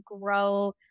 grow